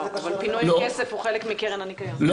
אבל פינוי --- הוא חלק מקרן הניקיון.